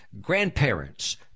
grandparents